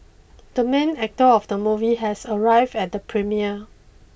the main actor of the movie has arrived at the premiere